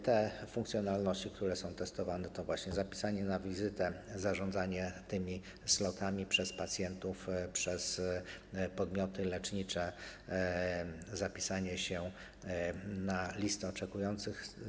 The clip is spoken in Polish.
Te funkcjonalności, które są testowane, to zapisanie się na wizytę, zarządzanie tymi slotami przez pacjentów, przez podmioty lecznicze, zapisanie się na listę osób oczekujących.